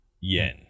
yen